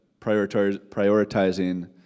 prioritizing